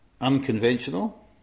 unconventional